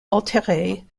altéré